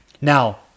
Now